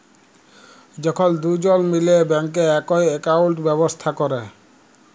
যখল দুজল মিলে ব্যাংকে একই একাউল্ট ব্যবস্থা ক্যরে